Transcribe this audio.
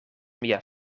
mia